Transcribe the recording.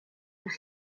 vers